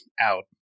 out